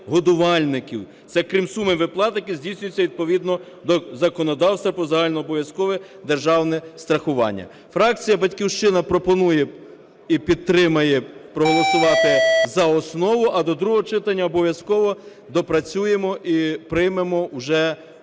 це крім суми виплат, які здійснюються відповідно до законодавства про загальнообов'язкове державне страхування. Фракція "Батьківщина" пропонує і підтримає проголосувати за основу, а до другого читання обов'язково допрацюємо і приймемо уже цілісний